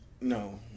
no